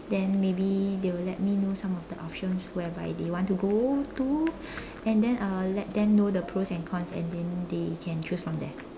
then maybe they will let me know some of the options whereby they want to go to and then I'll let them know the pros and cons and then they can choose from there